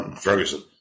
Ferguson